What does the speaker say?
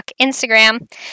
Instagram